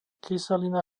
kyselina